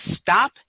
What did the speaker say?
Stop